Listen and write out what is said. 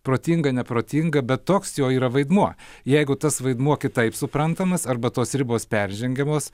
protinga neprotinga bet toks jo yra vaidmuo jeigu tas vaidmuo kitaip suprantamas arba tos ribos peržengiamos